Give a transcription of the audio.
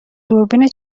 دوربین